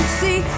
see